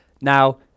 now